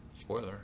spoiler